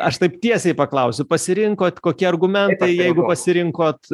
aš taip tiesiai paklausiu pasirinkot kokie argumentai jeigu pasirinkot